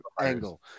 angle